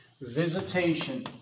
visitation